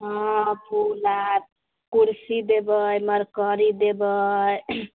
हँ अकेला कुर्सी देबै मरकरी देबै